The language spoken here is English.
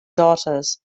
daughters